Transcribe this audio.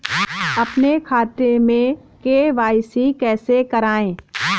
अपने खाते में के.वाई.सी कैसे कराएँ?